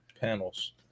panels